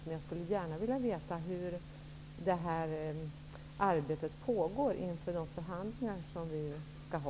Men jag skulle gärna vilja veta hur detta arbete pågår inför de förhandlingar vi skall ha.